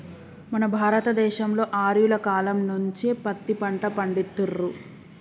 మన భారత దేశంలో ఆర్యుల కాలం నుంచే పత్తి పంట పండిత్తుర్రు